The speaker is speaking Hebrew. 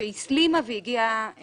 שהסלימה והגיע על